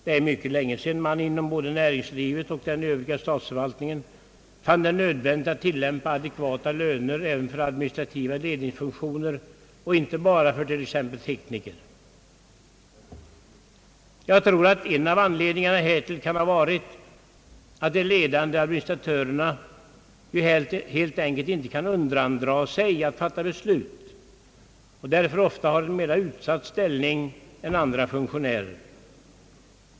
Det är mycket länge sedan man inom både näringslivet och den övriga statsförvaltningen fann det nödvändigt att tillämpa adekvata löner även för administrativa ledningsfunktioner och inte bara för t.ex. tekniker. Jag tror att en av anledningarna härtill varit, att de ledande administratörerna helt enkelt inte kan undandra sig att fatta beslut och därför ofta har en mer utsatt ställning än andra funktionärer.